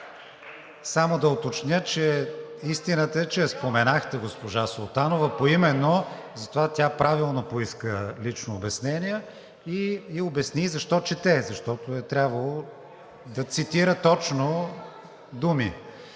Само да уточня, че истината е, че споменахте госпожа Султанова поименно, затова тя правилно поиска лично обяснение и обясни защо чете – защото е трябвало да цитира точно думи.